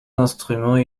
instruments